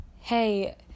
hey